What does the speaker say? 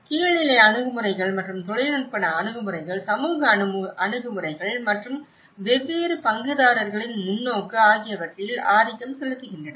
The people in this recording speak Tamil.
கீழ்நிலை அணுகுமுறைகள் மற்றும் தொழில்நுட்ப அணுகுமுறைகள் சமூக அணுகுமுறைகள் மற்றும் வெவ்வேறு பங்குதாரர்களின் முன்னோக்கு ஆகியவற்றில் ஆதிக்கம் செலுத்துகின்றன